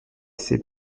ses